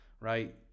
right